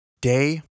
Day